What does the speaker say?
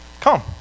Come